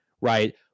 right